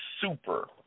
super